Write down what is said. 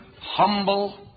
humble